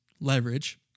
leverage